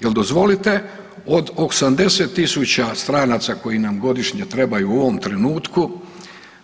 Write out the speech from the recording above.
Jer dozvolite od 80.000 stranaca koji nam godišnje trebaju u ovom trenutku